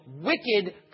wicked